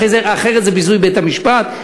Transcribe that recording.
אחרת זה ביזוי בית-המשפט,